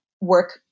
work